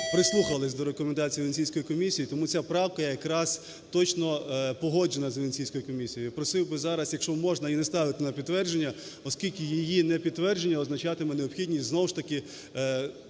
прислухались до рекомендацій Венеційської комісії, тому ця правка якраз точно погоджена з Венеційською комісією. Я просив би зараз, якщо можна, її не ставити на підтвердження, оскільки їїнепідтвердження означатиме необхідність, знову ж таки